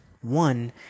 One